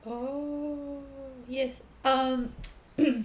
oh yes um